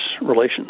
relations